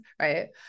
Right